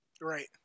Right